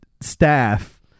staff